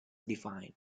defined